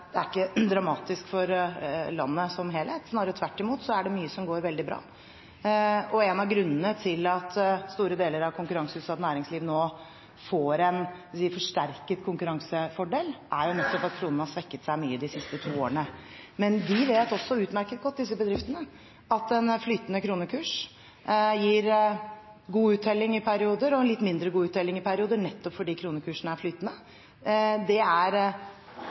det ikke er dramatisk for landet som helhet. Snarere tvert imot er det mye som går veldig bra. En av grunnene til at store deler av konkurranseutsatt næringsliv nå får en forsterket konkurransefordel, er jo nettopp at kronen har svekket seg mye de siste to årene. Men disse bedriftene vet også utmerket godt at en flytende kronekurs gir god uttelling i perioder og litt mindre god uttelling i perioder, nettopp fordi kronekursen er flytende. Det er